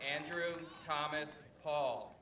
andrew thomas paul